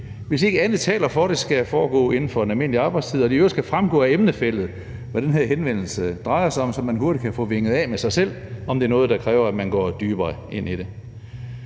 hvis ikke andet taler for det, skal foregå inden for en almindelig arbejdstid, og at det i øvrigt skal fremgå af emnefeltet, hvad den her henvendelse drejer sig om, så man hurtigt kan få vinget af med sig selv, om det er noget, der kræver, at man går dybere ind i det.